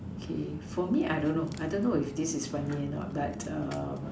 okay for me I don't know I don't know if this is funny a not but err